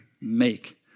make